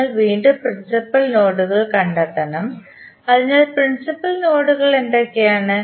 നിങ്ങൾ വീണ്ടും പ്രിൻസിപ്പൽ നോഡുകൾ കണ്ടെത്തണം അതിനാൽ പ്രിൻസിപ്പൽ നോഡുകൾ എന്തൊക്കെയാണ്